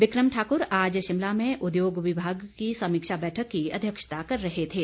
become Thakur आज शिमला में उद्योग विभाग की समीक्षा बैठक की अध्यक्षता कर रहे थे